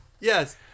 Yes